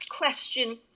question